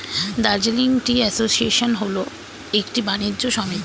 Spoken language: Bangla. দার্জিলিং টি অ্যাসোসিয়েশন হল একটি বাণিজ্য সমিতি